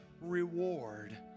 reward